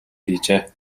хийжээ